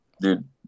Dude